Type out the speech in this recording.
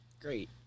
Great